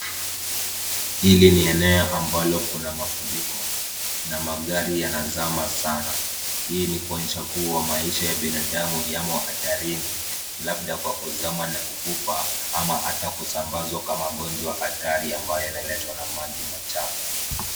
Hili ni eneo ambalo kuna mafuriko, na magari yanazama sana. Hii ni kuonyesha kuwa maisha ya binadamu yamo hatarini. Labda kwa kuzama na kukufa ama atakusambazwa kwa magonjwa hatari ambayo yanaletwa na maji machafu.